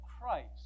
Christ